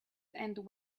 and